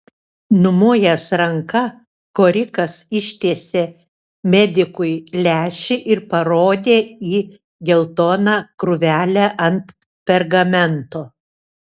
numojęs ranka korikas ištiesė medikui lęšį ir parodė į geltoną krūvelę ant pergamento